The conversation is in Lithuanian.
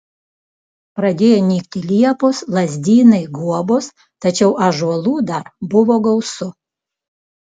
pradėjo nykti liepos lazdynai guobos tačiau ąžuolų dar buvo gausu